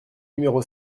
numéro